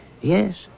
yes